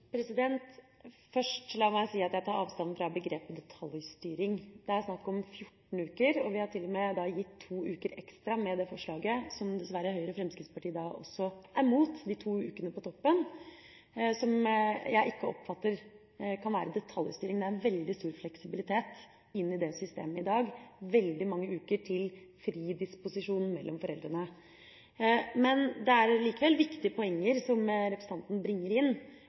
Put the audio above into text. La meg først si at jeg tar avstand fra begrepet «detaljstyring». Det er snakk om 14 uker. Vi har med det forslaget til og med gitt to uker ekstra – Høyre og Fremskrittspartiet er dessverre imot de to ukene på toppen. Jeg oppfatter ikke at det kan være detaljstyring. Det er en veldig stor fleksibilitet i systemet i dag, med veldig mange uker til fri disposisjon mellom foreldrene. Men det er likevel viktige poenger representanten bringer inn.